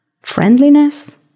friendliness